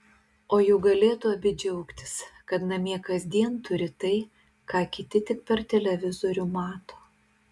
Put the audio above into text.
o juk galėtų abi džiaugtis kad namie kasdien turi tai ką kiti tik per televizorių mato